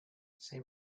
say